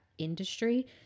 industry